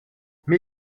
mes